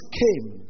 came